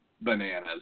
bananas